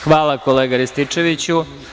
Hvala, kolega Rističeviću.